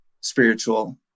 spiritual